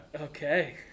Okay